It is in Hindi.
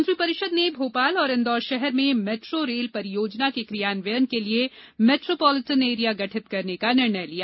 मंत्रि परिषद ने भोपाल और इंदौर शहर में मेट्रो रेल परियोजना के क्रियान्वयन के लिए मेट्रोपोलिटन एरिया गठित करने का निर्णय लिया